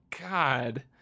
god